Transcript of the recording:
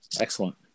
Excellent